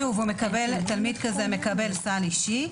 תלמיד כזה מקבל סל אישי.